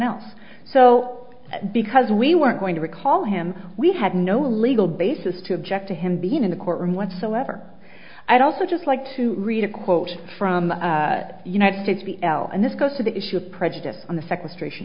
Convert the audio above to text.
else so because we weren't going to recall him we had no legal basis to object to him being in the courtroom whatsoever i'd also just like to read a quote from united states v l and this goes to the issue of prejudice on the